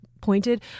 pointed